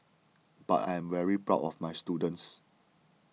but I am very proud of my students